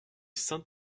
sainte